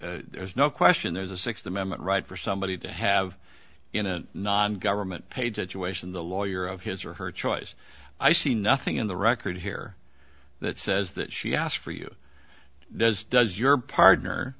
there's no question there's a sixth amendment right for somebody to have in an non government page actuation the lawyer of his or her choice i see nothing in the record here that says that she asked for you does does your pardner